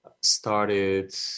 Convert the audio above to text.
started